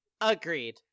Agreed